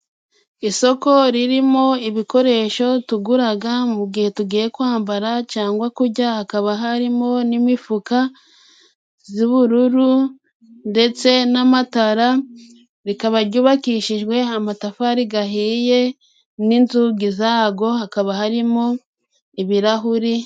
Isoko ririmo ibikoresho tuguraga mu gihe tugiye kwambara cangwa kujya hakaba harimo n'imifuka z'ubururu ndetse n'amatara rikaba jyubakishijwe amatafari gahiye n'inzugi zago hakaba harimo ibirahuri.